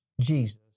Jesus